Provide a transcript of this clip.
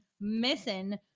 missing